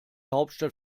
hauptstadt